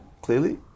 clearly